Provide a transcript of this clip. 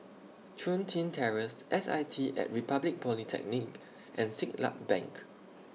Chun Tin Terrace S I T At Republic Polytechnic and Siglap Bank